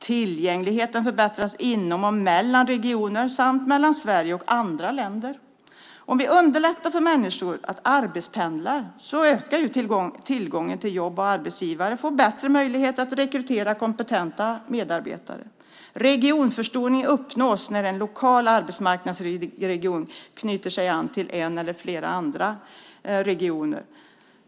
Tillgängligheten ska förbättras inom och mellan regioner samt mellan Sverige och andra länder. Om vi underlättar för människor att arbetspendla ökar tillgången till jobb, och arbetsgivarna får bättre möjligheter att rekrytera kompetenta medarbetare. Regionförstoring uppnås när den lokala arbetsmarknadsregionen ansluter sig till en eller flera regioner.